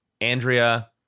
Andrea